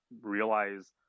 realize